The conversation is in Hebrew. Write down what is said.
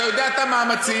אתה יודע את המאמצים,